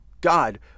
God